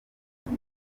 kuri